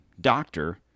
doctor